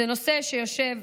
זה נושא שיושב,